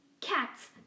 Cats